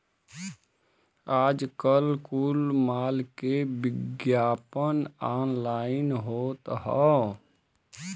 आजकल कुल माल के विग्यापन ऑनलाइन होत हौ